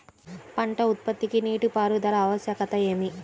పంట ఉత్పత్తికి నీటిపారుదల ఆవశ్యకత ఏమి?